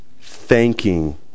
thanking